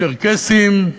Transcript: צ'רקסים,